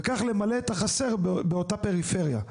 וכך למלא את החסר באותה פריפריה.